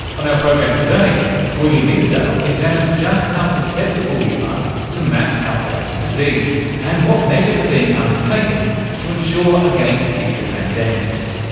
on our program today william isdale examines just how susceptible we are to mass outbreaks of disease, and what measures are being undertaken to ensure against future pandemics.